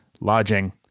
lodging